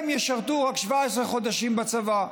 הם ישרתו רק 17 חודשים בצבא.